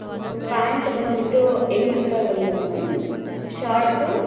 pant ಬಂದುಬಿಟ್ಟು ಎಂಟು ರೂಪಾಯಿ ಒಂದು ಮೇಡಂ ಶಾರ್ಟು